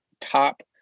top